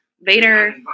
Vader